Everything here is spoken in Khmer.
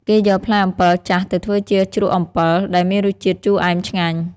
គេយកផ្លែអំពិលចាស់ទៅធ្វើជា ជ្រក់អំពិល ដែលមានរសជាតិជូរអែមឆ្ងាញ់។